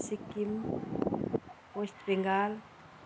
Sikkim west Bengal